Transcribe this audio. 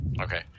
Okay